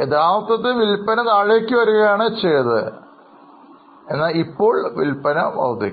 യഥാർത്ഥത്തിൽ വിൽപന ഇടിയുകയാണ് ചെയ്തത് ഇപ്പോൾ വിൽപ്പന വർധിക്കുന്നു